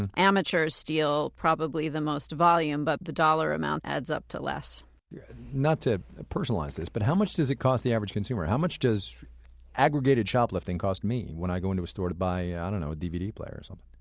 and amateurs steal probably the most volume, but the dollar amount adds to less yeah not to personalize this, but how much does it cost the average consumer? how much does aggregated shoplifting cost me when i go into a store to buy, i ah know, a dvd player or something?